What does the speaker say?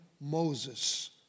Moses